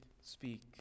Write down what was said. speak